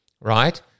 right